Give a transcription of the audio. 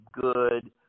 good